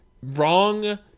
wrong